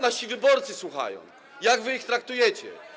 Nasi wyborcy słuchają, jak wy ich traktujecie.